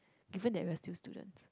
given that we're still students